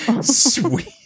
Sweet